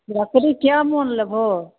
लकड़ी कै मोन लेबहो